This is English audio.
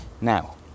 Now